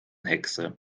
hexe